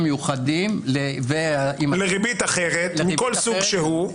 מיוחדים --- לריבית אחרת מכל סוג שהוא.